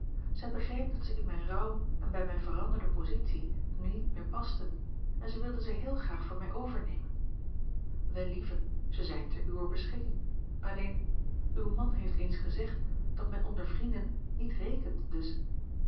dat ze in mijn rouw en bij mijne veranderde positie nu niet meer pasten en zij wilde ze heel graag van mij overnemen wel lieve ze zijn te uwer beschikking alleen uw man heeft eens gezegd dat men onder vrienden niet rekent dus